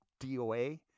DOA